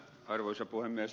arvoisa puhemies